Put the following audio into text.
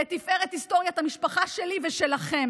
לתפארת היסטוריית המשפחה שלי ושלכם